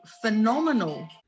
phenomenal